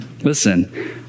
Listen